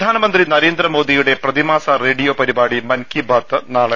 പ്രധാനമന്ത്രി നരേന്ദ്രമോദിയുടെ പ്രതിമാസ് റേഡിയോ പരി പാടി മൻ കി ബാത്ത് നാളെ